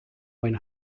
when